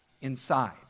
inside